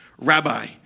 rabbi